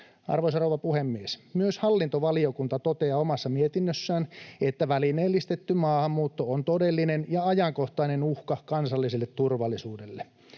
Arvoisa rouva puhemies! Myös hallintovaliokunta toteaa omassa mietinnössään, että välineellistetty maahanmuutto on todellinen ja ajankohtainen uhka kansalliselle turvallisuudelle.